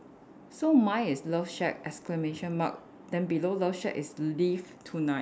so my is love shack exclamation mark then below love shack is live tonight